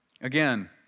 again